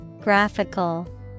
Graphical